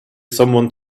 someone